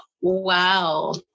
wow